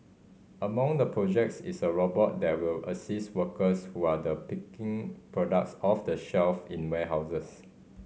among the projects is a robot that will assist workers who are the picking products off the shelf in warehouses